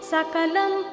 Sakalam